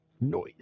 Noise